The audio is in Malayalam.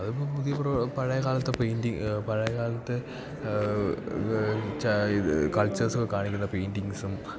അതിപ്പം പുതിയ പഴയ കാലത്തെ പെയിൻറ്റിങ് പഴയ കാലത്തെ ഇത് കൾച്ചേർസ് കാണിക്കുന്ന പെയിൻറ്റിങ്സും